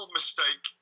mistake